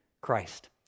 Christ